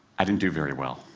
i didn't do very well.